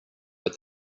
but